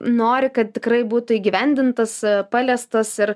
nori kad tikrai būtų įgyvendintas paliestas ir